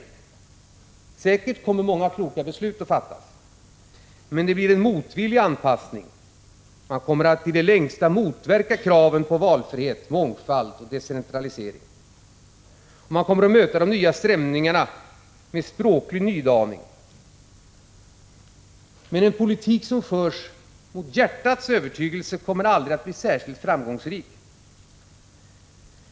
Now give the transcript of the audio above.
Säkert kommer många kloka beslut att fattas. Men det blir en motvillig anpassning. Man kommer i det längsta att motverka kraven på valfrihet, mångfald och decentralisering. Man kommer att möta de nya strömningarna med språklig nydaning. Men en politik som förs mot hjärtats övertygelse kommer aldrig att bli särskilt framgångsrik.